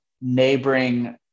neighboring